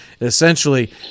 Essentially